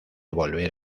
volver